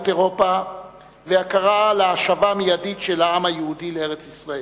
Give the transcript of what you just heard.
אירופה וקרא להשבה מיידית של העם היהודי לארץ-ישראל.